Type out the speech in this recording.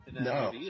No